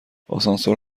آسانسور